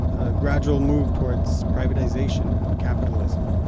a gradual move towards privatisation and capitalism.